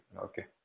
Okay